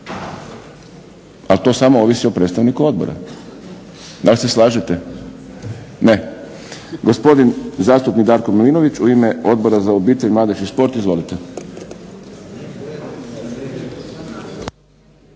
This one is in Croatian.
a to samo ovisi o predstavniku odbora. Da li se slažete? Ne. Gospodin zastupnik Darko Milinović u ime Odbora za obitelj, mladež i sport. Izvolite.